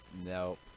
No